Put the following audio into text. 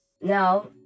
No